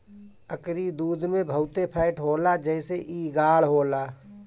एकरी दूध में बहुते फैट होला जेसे इ गाढ़ होला